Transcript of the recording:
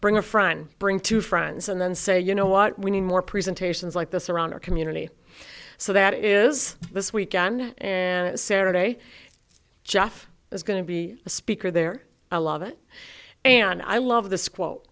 bring a friend bring two friends and then say you know what we need more presentations like this around our community so that is this weekend saturday jeff is going to be a speaker there i love it and i love this quote